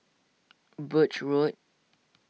Birch Road